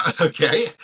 Okay